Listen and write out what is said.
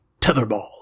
tetherball